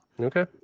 okay